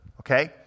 okay